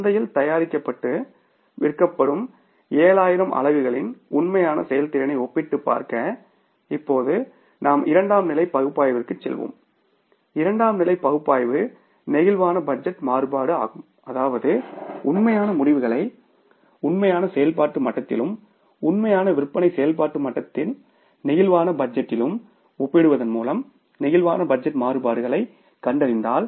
சந்தையில் தயாரிக்கப்பட்டு விற்கப்படும் 7000 அலகுகளின் உண்மையான செயல்திறனை ஒப்பிட்டுப் பார்க்க இப்போது நாம் இரண்டாம் நிலை பகுப்பாய்விற்குச் செல்வோம் இரண்டாம் நிலை பகுப்பாய்வு பிளேக்சிபிள் பட்ஜெட் மாறுபாடு ஆகும் அதாவது உண்மையான முடிவுகளை உண்மையான செயல்பாட்டு மட்டத்திலும் உண்மையான விற்பனை செயல்பாட்டு மட்டத்தில் பிளேக்சிபிள் பட்ஜெட்டிலும் ஒப்பிடுவதன் மூலம் பிளேக்சிபிள் பட்ஜெட் மாறுபாடுகளைக் கண்டறிந்தால்